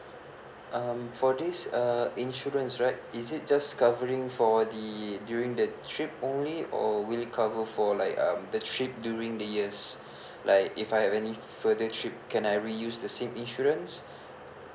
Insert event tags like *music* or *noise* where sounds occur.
um for this uh insurance right is it just covering for the during the trip only or will it cover for like um the trip during the years *breath* like if I have any further trip can I reuse the same insurance